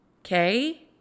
Okay